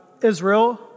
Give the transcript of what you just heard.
Israel